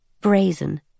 brazen